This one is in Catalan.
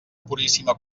puríssima